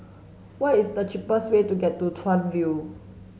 what is the cheapest way to get to Chuan View